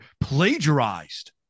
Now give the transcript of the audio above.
plagiarized